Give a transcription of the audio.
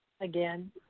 again